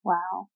Wow